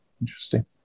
interesting